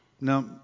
now